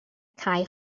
cae